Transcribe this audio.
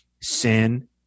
sin